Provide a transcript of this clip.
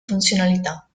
funzionalità